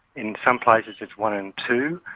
in some places it's one in two,